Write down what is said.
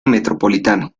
metropolitano